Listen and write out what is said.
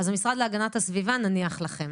המשרד להגנת הסביבה, נניח לכם.